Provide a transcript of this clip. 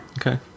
Okay